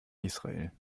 israel